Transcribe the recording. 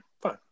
fine